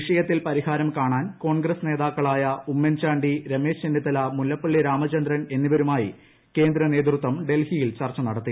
വിഷയത്തിൽ പരിഹാരം കാണാൻ കോൺഗ്രസ് നേതാക്കളായ ഉമ്മൻചാണ്ടി രമേശ് ചെന്നിത്തല മുല്ലപ്പള്ളി രാമചന്ദ്രൻ എന്നിവരുമായി കേന്ദ്ര നേതൃത്വം ഡൽഹിയിൽ ചർച്ച നടത്തി